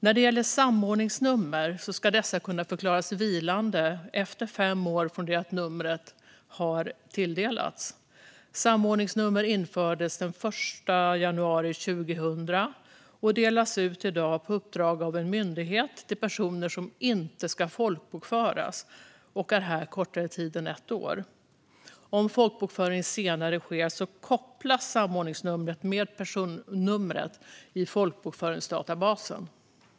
När det gäller samordningsnummer ska det kunna förklaras vilande efter fem år från det att numret har tilldelats. Samordningsnummer infördes den 1 januari 2000 och delas ut i dag på uppdrag av en myndighet till personer som inte ska folkbokföras och är här kortare tid än ett år. Om folkbokföring sker senare kopplas samordningsnumret till personnumret i folkbokföringsdatabasen.